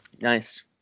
Nice